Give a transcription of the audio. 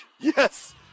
Yes